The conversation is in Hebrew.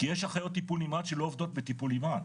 כי יש אחיות טיפול נמרץ שלא עובדות בטיפול נמרץ,